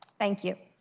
thank you.